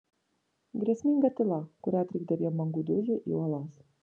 grėsminga tyla kurią trikdė vien bangų dūžiai į uolas